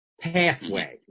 pathway